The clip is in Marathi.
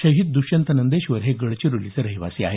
शहीद द्रश्यंत नंदेश्वर हे गडचिरोलीचे रहिवाशी आहेत